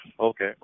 Okay